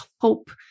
hope